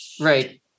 Right